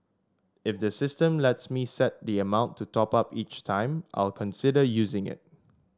if the system lets me set the amount to top up each time I'll consider using it